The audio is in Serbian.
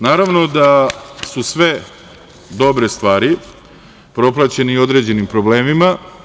Naravno da su sve dobre stvari propraćene i određenim problemima.